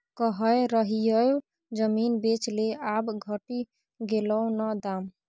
कहय रहियौ जमीन बेच ले आब घटि गेलौ न दाम